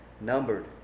Numbered